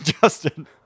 Justin